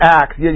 acts